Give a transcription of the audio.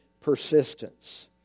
persistence